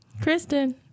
Kristen